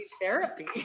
therapy